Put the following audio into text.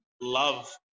love